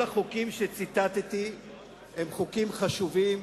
כל החוקים שציטטתי הם חוקים חשובים,